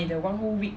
ya